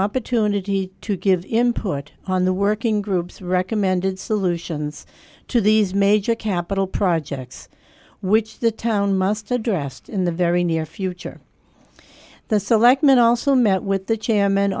opportunity to give input on the working groups recommended solutions to these major capital projects which the town must addressed in the very near future the selectmen also met with the chairman